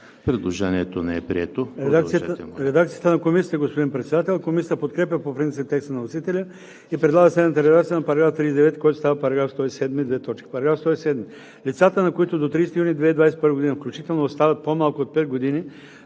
Предложението не е прието.